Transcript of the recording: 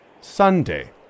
Sunday